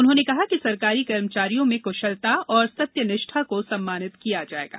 उन्होंने कहा कि सरकारी कर्मचारियों में कृशलता और सत्यनिष्ठा को सम्मानित किया जाएगा